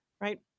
right